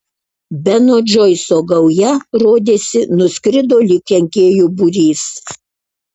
beno džoiso gauja rodėsi nuskrido lyg kenkėjų būrys